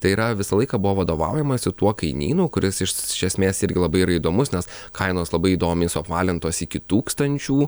tai yra visą laiką buvo vadovaujamasi tuo kainynu kuris išs esmės irgi labai yra įdomus nes kainos labai įdomiai suapvalintos iki tūkstančių